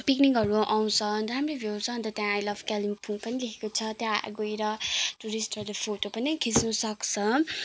पिकनिकहरू आउँछ दामी भ्यू छ अन्त त्यहाँ आई लभ कालिम्पोङ पनि लेखेको छ त्यहाँ गएर टुरिस्टहरूले फोटो पनि खिच्नु सक्छ